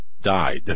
died